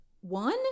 one